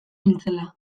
nintzela